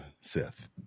Seth